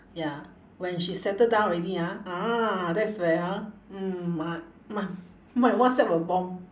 ya when she settle down already ah ah that's where ah mm m~ m~ my whatsapp will bomb